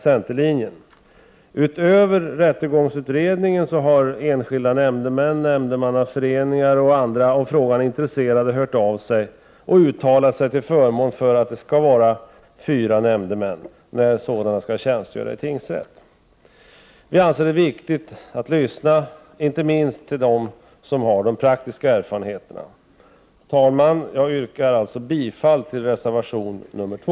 Utöver representanter för rättegångsutredningen har enskilda nämndemän, nämndemannaföreningar och andra som är intresserade av frågan hört av sig och uttalat sig till förmån för att det skall vara fyra nämndemän när sådana skall tjänstgöra i tingsrätt. Vi anser det vara viktigt att lyssna inte minst till dem som har de praktiska erfarenheterna. Herr talman! Jag yrkar således bifall till reservation nr 2.